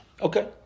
Okay